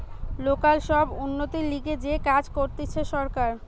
local সব উন্নতির লিগে যে কাজ করতিছে সরকার